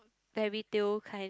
fairytale kind